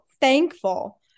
thankful